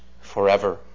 forever